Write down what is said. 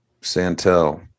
Santel